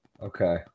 Okay